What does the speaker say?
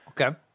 Okay